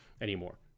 anymore